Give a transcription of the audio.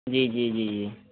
जी जी जी जी